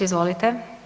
Izvolite.